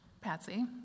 Patsy